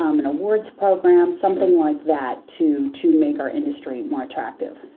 um an awards program, something like that to to make our industry more attractive.